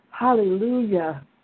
Hallelujah